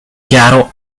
chiaro